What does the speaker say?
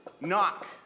knock